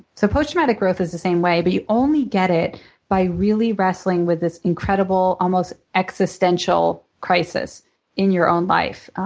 so post-traumatic growth is the same way. but you only get it by really wresting with this incredible, almost existential crisis in your own life.